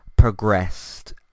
progressed